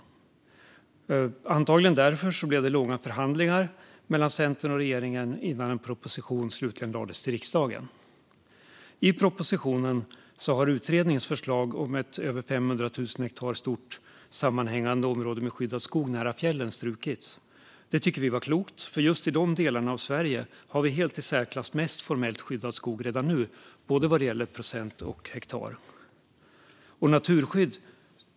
Det blev, antagligen därför, långa förhandlingar mellan Centern och regeringen innan en proposition slutligen lades fram till riksdagen. I propositionen har utredningens förslag om ett över 500 000 hektar stort sammanhängande område med skyddad skog nära fjällen strukits. Det tycker vi var klokt, för just i de delarna av Sverige har vi helt i särklass mest formellt skyddad skog redan nu, sett till både procent och hektar.